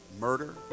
Murder